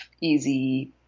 easy